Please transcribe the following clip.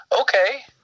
okay